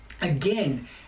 again